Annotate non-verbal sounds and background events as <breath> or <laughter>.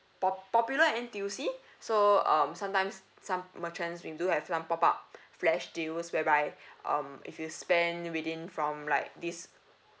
pop~ popular N_T_U_C <breath> so um sometimes some merchants we do have some pop up <breath> flash deals whereby <breath> um if you spend within from like this uh